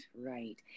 right